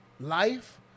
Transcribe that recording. life